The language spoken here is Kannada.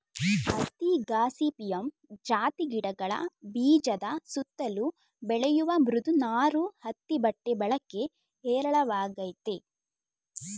ಹತ್ತಿ ಗಾಸಿಪಿಯಮ್ ಜಾತಿ ಗಿಡಗಳ ಬೀಜದ ಸುತ್ತಲು ಬೆಳೆಯುವ ಮೃದು ನಾರು ಹತ್ತಿ ಬಟ್ಟೆ ಬಳಕೆ ಹೇರಳವಾಗಯ್ತೆ